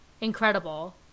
incredible